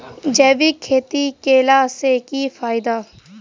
जैविक खेती केला सऽ की फायदा?